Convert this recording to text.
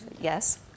Yes